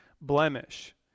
blemish